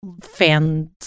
fans